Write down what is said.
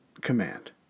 command